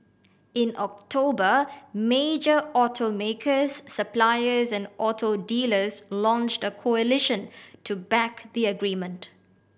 in October major automakers suppliers and auto dealers launched a coalition to back the agreement